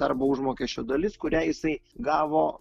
darbo užmokesčio dalis kurią jisai gavo